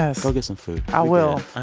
ah so get some food i will. ah